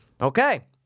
Okay